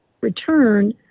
return